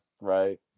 right